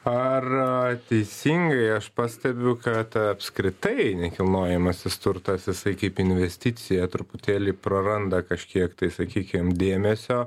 ar teisingai aš pastebiu kad apskritai nekilnojamasis turtas visai kaip investicija truputėlį praranda kažkiek tai sakykim dėmesio